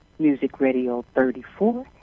MusicRadio34